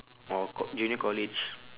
or col~ junior college